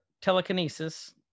telekinesis